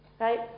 right